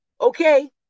Okay